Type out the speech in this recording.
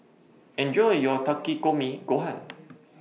Enjoy your Takikomi Gohan